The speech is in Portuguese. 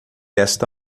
esta